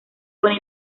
buena